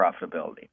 profitability